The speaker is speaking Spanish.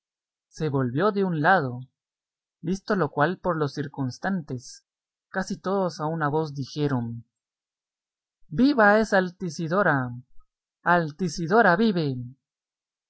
se volvió de un lado visto lo cual por los circunstantes casi todos a una voz dijeron viva es altisidora altisidora vive